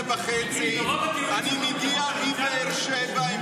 ב-08:30 אני מגיע מבאר שבע,